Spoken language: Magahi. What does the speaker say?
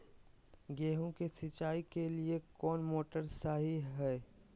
गेंहू के सिंचाई के लिए कौन मोटर शाही हाय?